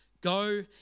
go